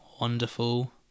wonderful